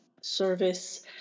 service